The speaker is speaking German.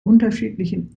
unterschiedlichen